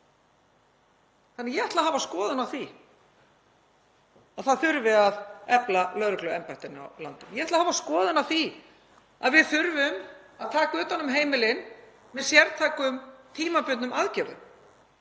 Þannig að ég ætla að hafa skoðun á því að það þurfi að efla lögregluembættin á landinu. Ég ætla að hafa skoðun á því að við þurfum að taka utan um heimilin með sértækum tímabundnum aðgerðum